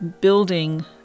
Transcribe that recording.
building